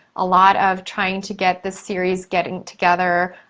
a lot of trying to get this series getting together.